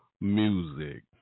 music